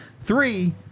Three